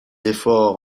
efforts